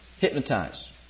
Hypnotize